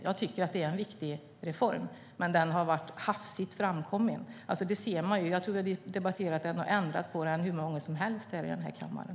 Jag tycker att det är en viktig reform, men den har varit hafsigt gjord. Det ser man. Vi har debatterat den och ändrat på den hur många gånger som helst här i kammaren.